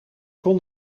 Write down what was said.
kon